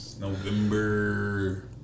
November